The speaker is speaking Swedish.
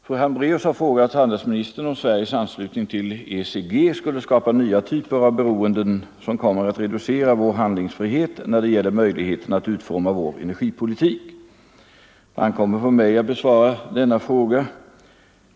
Herr talman! Fru Hambraeus har frågat handelsministern om Sveriges anslutning till ECG skulle skapa nya typer av beroenden som kommer att reducera vår handlingsfrihet när det gäller möjligheterna att utforma vår energipolitik. Det ankommer på mig att besvara denna fråga.